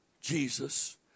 Jesus